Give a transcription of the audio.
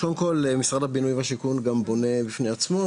קודם כל משרד הבינוי והשיכון גם בונה בפני עצמו,